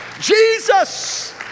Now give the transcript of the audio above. jesus